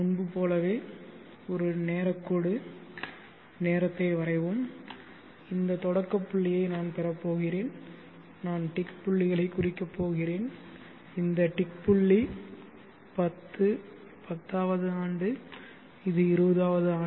முன்பு போலவே ஒரு நேரக் கோடு நேரத்தை வரைவோம் இந்த தொடக்கப் புள்ளியை நான் பெறப்போகிறேன் நான் டிக் புள்ளிகளைக் குறிக்கப் போகிறேன் இந்த டிக் புள்ளி 10 10 வது ஆண்டு இது 20 வது ஆண்டு